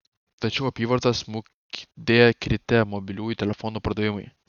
tačiau apyvartą smukdė kritę mobiliųjų telefonų pardavimai